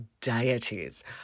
deities